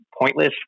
pointless